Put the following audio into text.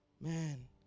Man